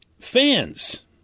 fans